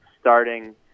starting